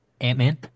Ant-Man